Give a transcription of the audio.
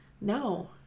No